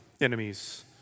enemies